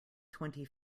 twenty